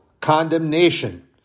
condemnation